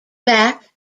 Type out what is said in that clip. back